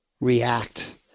react